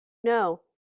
know